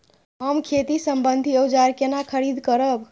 हम खेती सम्बन्धी औजार केना खरीद करब?